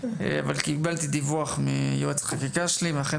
אבל קיבלתי דיווח מיועץ החקיקה שלי ואכן